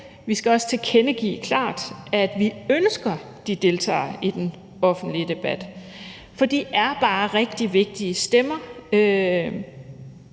vi skal også tilkendegive klart, at vi ønsker, at de deltager i den offentlige debat. For de er bare rigtig vigtige stemmer